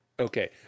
Okay